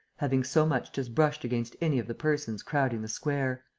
having so much as brushed against any of the persons crowding the square.